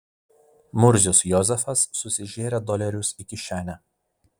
murzius jozefas susižėrė dolerius į kišenę